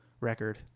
record